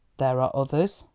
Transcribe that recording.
there are others.